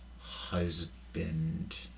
husband